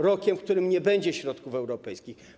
Rokiem, w którym nie będzie środków europejskich.